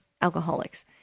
alcoholics